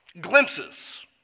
glimpses